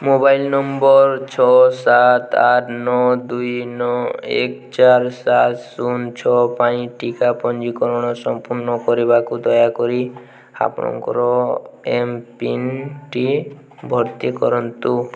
mobile ନମ୍ବର ଛଅ ସାତ ଆଠ ନଅ ଦୁଇ ନଅ ଏକ ଚାରି ସାତ ଶୂନ ଛଅ ପାଇଁ ଟିକା ପଞ୍ଜୀକରଣ ସଂପୂର୍ଣ୍ଣ କରିବାକୁ ଦୟାକରି ଆପଣଙ୍କର ଏମ୍ପିନ୍ଟି ଭର୍ତ୍ତି କରନ୍ତୁ